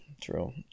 true